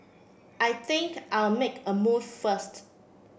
I think I'll make a move first